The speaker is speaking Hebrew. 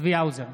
צבי האוזר,